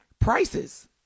Prices